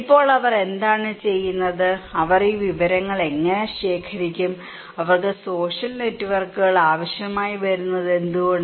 ഇപ്പോൾ അവർ എന്താണ് ചെയ്യുന്നത് അവർ ഈ വിവരങ്ങൾ എങ്ങനെ ശേഖരിക്കും അവർക്ക് സോഷ്യൽ നെറ്റ്വർക്കുകൾ ആവശ്യമായി വരുന്നത് എന്തുകൊണ്ട്